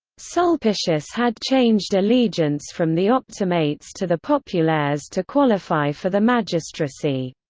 sulpicius had changed allegiance from the optimates to the populares to qualify for the magistracy.